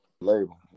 Label